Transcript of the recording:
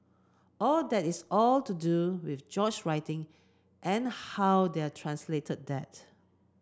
all that is all to do with George writing and how they are translated that